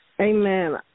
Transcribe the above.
Amen